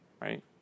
right